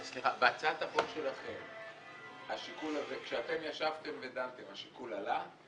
בהצעת החוק שלכם, כשאתם ישבתם ודנתם השיקול עלה?